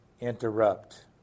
interrupt